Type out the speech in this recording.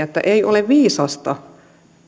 että ei ole viisasta